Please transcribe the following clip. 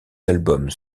albums